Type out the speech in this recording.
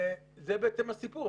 זה בעצם הסיפור.